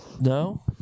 No